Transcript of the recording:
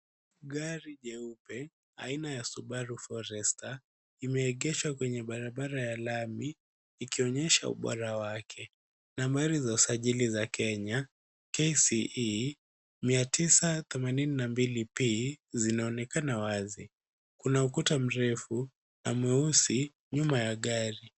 Gari jeupe, aina ya subaru forestar limeegeshwa kwenye barabara ya lami, likionyesha ubora wake. Nambari za usajili za kenya KCE mia tisa themanini na mbili P, zinaonekana wazi. Kuna ukuta mrefu na mweusi nyuma ya gari.